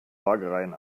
wagrain